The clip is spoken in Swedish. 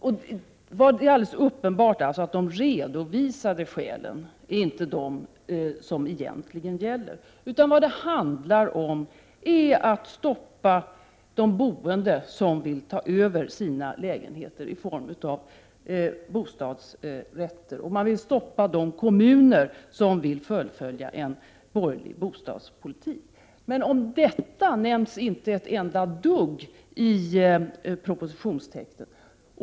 Det är alltså alldeles uppenbart att de redovisade skälen inte är de egentliga skälen. Vad det egentligen handlar om är att stoppa boende, som vill ta över sina lägenheter i form av bostadsrätter. Och man vill stoppa de kommuner som önskar fullfölja en borgerlig bostadspolitik. Men om detta sägs inte ett enda dugg i propositionens text.